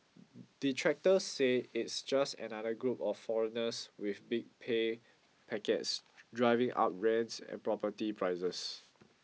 detractors say it's just another group of foreigners with big pay packets driving up rents and property prices